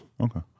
Okay